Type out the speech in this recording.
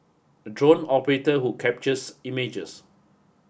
a drone operator who captures images